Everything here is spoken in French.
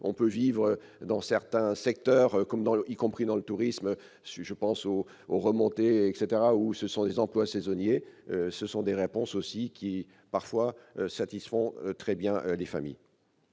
on peut vivre dans certains secteurs, comme dans l'y compris dans le tourisme, ce je pense au ont remonté etc ou ce sont des emplois saisonniers, ce sont des réponses aussi, qui parfois satisfont très bien les familles.